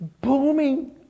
booming